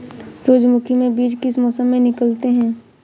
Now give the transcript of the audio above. सूरजमुखी में बीज किस मौसम में निकलते हैं?